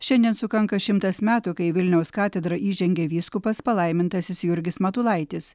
šiandien sukanka šimtas metų kai į vilniaus katedrą įžengė vyskupas palaimintasis jurgis matulaitis